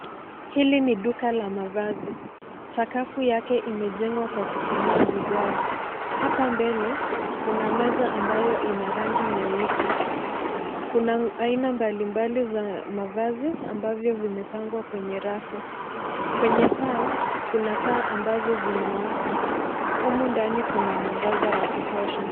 Hili ni duka la mavazi, sakafu lake imejengwa kwa kutumia vigae. Hapa mbele kuna meza ambayo ina rangi nyeusi kuna aina mbali mbali ya mavazi ambavyo vimepangwa kwenye rafu, kwenye paa kuna taa ambazo zinawaka humu ndani kuna mwangaza wa kutosha.